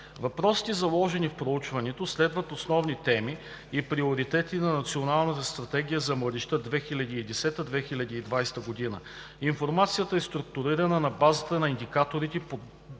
Въпросите, заложени в проучването, следват основни теми и приоритети на Националната стратегия за младежта 2010 – 2020 г. Информацията е структурирана на базата на индикаторите по девет